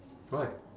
why